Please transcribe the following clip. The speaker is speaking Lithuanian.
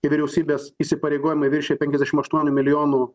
jei vyriausybės įsipareigojimai viršija penkiasdešimt milijonų